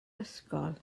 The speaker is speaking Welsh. ysgol